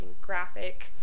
graphic